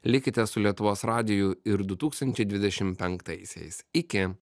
likite su lietuvos radiju ir du tūkstančiai dvidešim penktaisiais iki